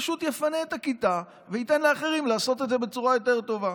שפשוט יפנה את הכיתה וייתן לאחרים לעשות את זה בצורה יותר טובה.